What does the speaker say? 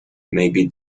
maybe